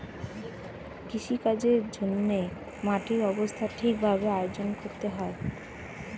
কৃষিকাজের জন্যে মাটির অবস্থা ঠিক ভাবে আয়োজন করতে হয়